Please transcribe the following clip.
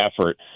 effort